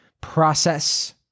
process